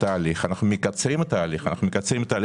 התהליך אנחנו מקצרים את התהליך לעמותות.